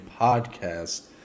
podcast